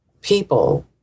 people